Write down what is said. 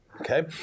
Okay